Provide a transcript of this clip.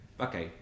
okay